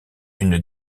une